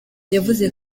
yavuze